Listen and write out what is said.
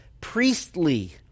priestly